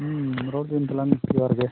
ᱦᱮᱸ ᱨᱚᱲ ᱵᱤᱱ ᱛᱟᱞᱟᱝ ᱡᱚᱦᱟᱨ ᱜᱮ